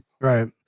Right